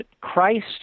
Christ